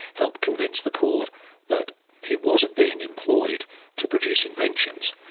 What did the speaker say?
helped convince the court that he wasn't being employed to produce inventions.